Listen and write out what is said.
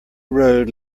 road